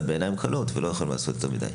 בעיניים כלות ולא יכולים לעשות יותר מדיי.